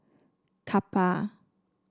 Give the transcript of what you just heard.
Kappa